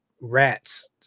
rats